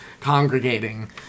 congregating